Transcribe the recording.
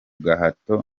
gahato